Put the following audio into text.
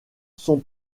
son